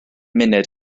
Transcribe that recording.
munud